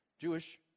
Jewish